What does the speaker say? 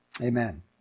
Amen